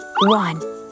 one